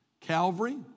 Calvary